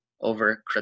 over